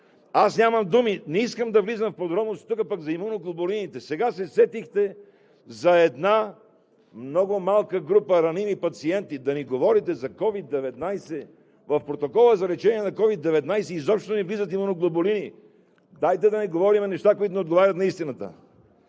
Аз нямам думи. Не искам да влизам в подробности тук за имуноглобулините. Сега се сетихте за една много малка група раними пациенти. Да ни говорите за COVID-19! В Протокола за лечение на COVID-19 изобщо не влизат имуноглобулини. Дайте да не говорим за неща, които не отговарят на истината.